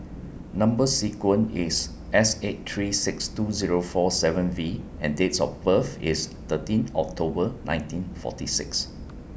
Number sequence IS S eight three six two Zero four seven V and Dates of birth IS thirteen October nineteen forty six